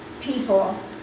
people